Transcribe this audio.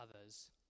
others